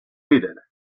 líder